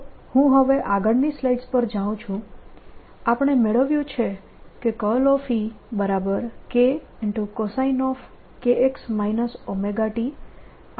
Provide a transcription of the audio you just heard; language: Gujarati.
તો હું હવે આગળની સ્લાઇડ્સ પર જાઉં છું આપણે મેળવ્યું કે Ekcoskx ωt iE0 છે